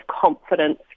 confidence